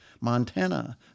Montana